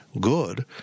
good